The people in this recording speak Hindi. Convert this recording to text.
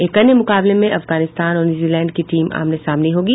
एक अन्य मुकाबले में अफगानिस्तान और न्यूजीलैंड की टीम आमने सामने होंगी